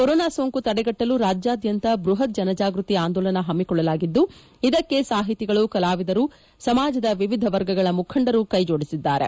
corona ಸೋಂಕು ತಡೆಗಟ್ಟಲು ರಾಜ್ಯಾಧ್ಯಂತ ಬೃಹತ್ ಜನಜಾಗೃತಿ ಆಂದೋಲನಾ ಹಮ್ಮಿಕೊಳ್ಳಲಾಗಿದ್ದು ಇದಕ್ಕೆ ಸಾಹಿತಿಗಳು ಕಲಾವಿದರು ಸಮಾಜದ ವಿವಿಧ ವರ್ಗಗಳ ಮುಖಂಡರು ಕೈಜೋಡಿಸಿದ್ದಾರೆ